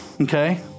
okay